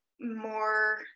more